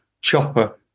Chopper